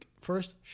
first